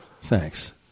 thanks